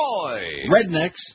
Rednecks